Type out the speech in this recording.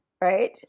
right